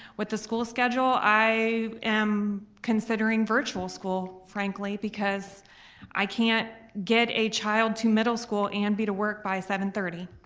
with the school schedule i am considering virtual school, frankly because i can't get a child to middle school and be to work by seven thirty.